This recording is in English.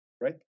right